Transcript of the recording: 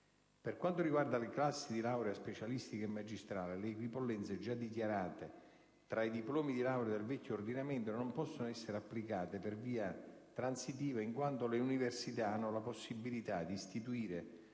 Per quanto riguarda le classi di laurea specialistica e magistrale, le equipollenze già dichiarate tra i diplomi di laurea del vecchio ordinamento non possono essere applicate per via transitiva in quanto le università hanno la possibilità di istituire